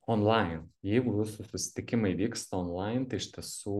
onlain jeigu jūsų susitikimai vyksta onlain tai iš tiesų